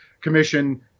commission